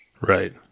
Right